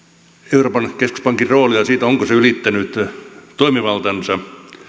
euroopan keskuspankin roolia sitä onko se ylittänyt toimivaltansa